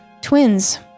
twins